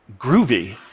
groovy